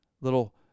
little